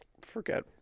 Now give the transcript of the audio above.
forget